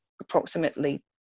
approximately